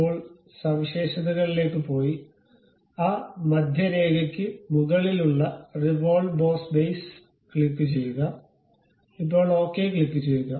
ഇപ്പോൾ സവിശേഷതകളിലേക്ക് പോയി ആ മധ്യരേഖയ്ക്ക് മുകളിലുള്ള റിവോൾവ് ബോസ് ബേസ് ക്ലിക്കുചെയ്യുക ഇപ്പോൾ ഓക്കേ ക്ലിക്കുചെയ്യുക